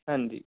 ਹਾਂਜੀ